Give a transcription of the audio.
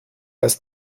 ist